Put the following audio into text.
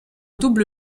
double